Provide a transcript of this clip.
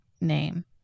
name